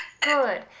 Good